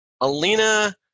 Alina